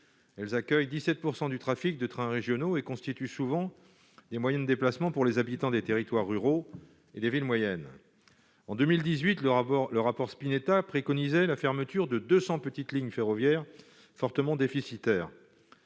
elles accueillent 17 % du trafic de trains régionaux et constituent souvent des moyens de déplacement pour les habitants des territoires ruraux et les villes moyennes en 2018 le rapport le rapport Spinetta préconisé la fermeture de 200 petites lignes ferroviaires fortement déficitaire,